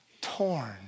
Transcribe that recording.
torn